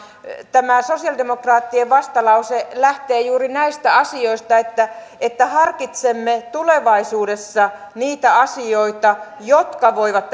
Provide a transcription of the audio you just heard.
tämä sosialidemokraattien vastalause lähtee juuri näistä asioista että että harkitsemme tulevaisuudessa niitä asioita jotka voivat